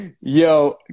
Yo